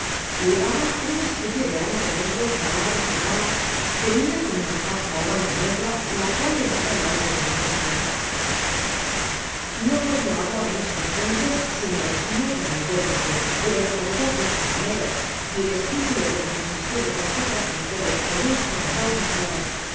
llevaba una especie de hábito negro talar ó sotana ceñida con una faja ó banda negra lo cual le daba el aire de ministro no podia hablar á nuestras gentes sin mi auxilio como intérprete pero ta gravedad de sus maneras y el escrúpulo que manifestó de casar á las mujeres que no estaban bautizadas